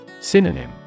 Synonym